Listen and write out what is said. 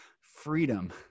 Freedom